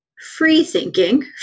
free-thinking